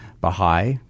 Baha'i